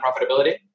profitability